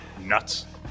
nuts